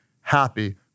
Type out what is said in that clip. happy